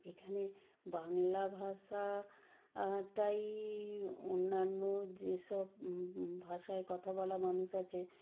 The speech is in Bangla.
এখানে বাংলা ভাষা টাই অন্যান্য যে সব ভাষায় কথা বলা মানুষ আছে